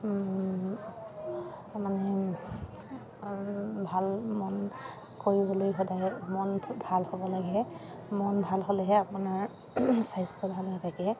মানে ভাল মন কৰিবলৈ সদায় মন ভাল হ'ব লাগে মন ভাল হ'লেহে আপোনাৰ স্বাস্থ্য ভাল হৈ থাকে